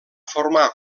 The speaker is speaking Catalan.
formar